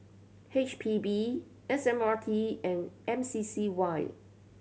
H P B S M R T and M C C Y